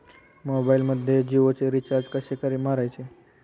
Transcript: मोबाइलमध्ये जियोचे रिचार्ज कसे मारायचे?